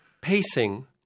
pacing